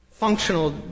functional